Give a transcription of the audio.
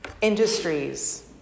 industries